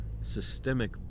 systemic